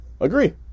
Agree